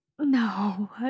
No